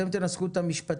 אתם תנסחו את המשפטי של זה.